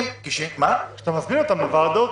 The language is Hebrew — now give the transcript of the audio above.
כשמזמינים אותם לוועדות,